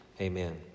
Amen